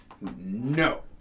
No